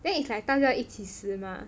then it's like 大家一起死 ma